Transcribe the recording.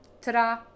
ta-da